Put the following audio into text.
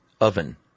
oven